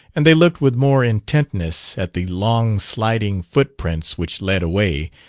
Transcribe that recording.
and they looked with more intentness at the long sliding footprints which led away,